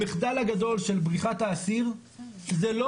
המחדל הגדול של בריחת האסיר זה לא